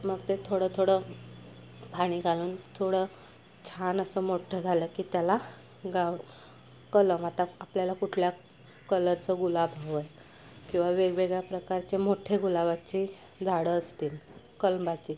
मग ते थोडं थोडं पाणी घालून थोडं छान असं मोठ्ठं झालं की त्याला गाव कलम आता आपल्याला कुठल्या कलरचं गुलाब हवं आहे किंवा वेगवेगळ्या प्रकारचे मोठे गुलाबाची झाडं असतील कलमाची